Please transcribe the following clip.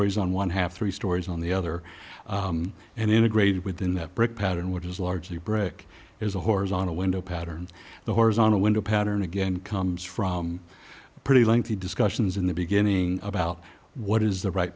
stories on one half three stories on the other and integrated within that brick pattern which is largely brick is a horizontal window pattern the horizontal window pattern again comes from a pretty lengthy discussions in the beginning about what is the right